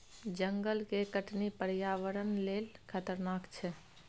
जंगल के कटनी पर्यावरण लेल खतरनाक छै